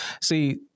see